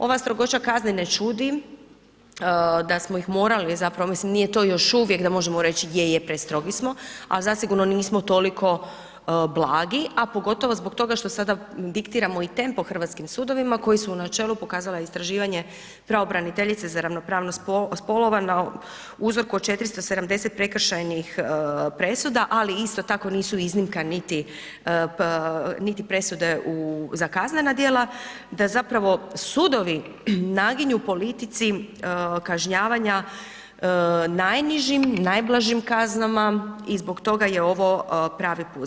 Ova strogoća kazne ne čudi da smo ih morali, mislim nije to još uvijek da možemo reći je, je prestrogi smo, ali zasigurno nismo toliko blagi, a pogotovo zbog toga što sada diktiramo i tempo hrvatskim sudovima koji su načelu pokazuje istraživanje pravobraniteljice za ravnopravnost spolova na uzroku od 470 prekršajnih presuda, ali isto tako nisu iznimka niti presude za kaznena djela, da zapravo sudovi naginju politici kažnjavanja najnižim, najblažim kaznama i zbog toga je ovo pravi put.